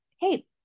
hey